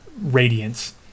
radiance